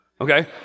okay